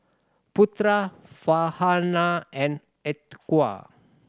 Putra Farhanah and Atiqah